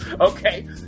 Okay